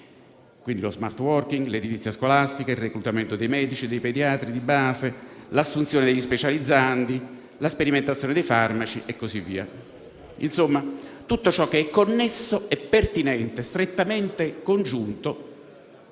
2020; lo *smart working*, l'edilizia scolastica, il reclutamento dei medici e dei pediatri di base, l'assunzione degli specializzandi, la sperimentazione dei farmaci e così via, tutto ciò che è connesso, pertinente e strettamente congiunto